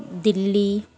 Delhi